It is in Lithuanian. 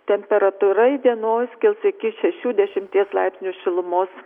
temperatūra įdienojus kils iki šešių dešimties laipsnių šilumos